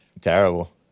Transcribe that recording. terrible